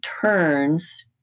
turns